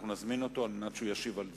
אנחנו נזמין אותו כדי שישיב על דבריך.